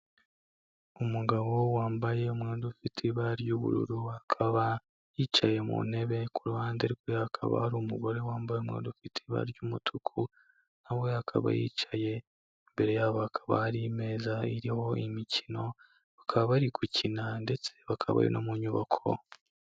Umugabo wambaye umwenda ufite ibara ry'ubururu akaba yicaye mu ntebe ku ruhande rwe hakaba hari umugore wambaye umwenda ufite ibara ry'umutuku na we akaba yicaye imbere yabo akaba hari imeza iriho imikino bakaba bari gukina ndetse bakaba bari no mu nyubako.